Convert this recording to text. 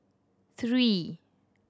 three